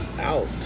out